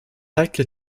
heikle